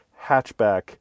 hatchback